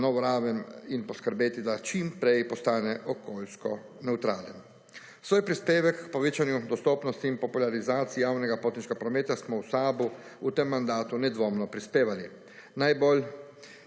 na novo raven in poskrbeti, da čimprej postane okoljsko nevtralen. Svoj prispevek k povečanju dostopnosti in popularizacij javnega potniškega prometa smo v SAB-u v tem mandatu nedvomno prispevali. Najbolj